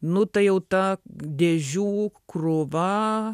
nu tai jau ta dėžių krūva